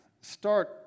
start